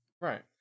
Right